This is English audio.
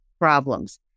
problems